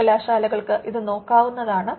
സർവ്വകലാശാലകൾക്കും ഇത് നോക്കാവുന്നതാണ്